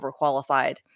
overqualified